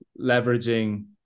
leveraging